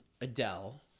Adele